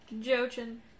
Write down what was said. Jochen